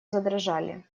задрожали